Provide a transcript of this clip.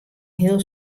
heel